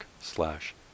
slash